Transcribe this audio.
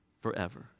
forever